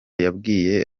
yabwiye